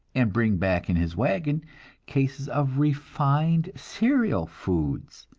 and bring back in his wagon cases of refined cereal foods,